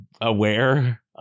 aware